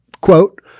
quote